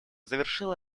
завершила